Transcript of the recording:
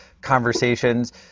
conversations